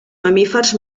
mamífers